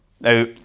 Now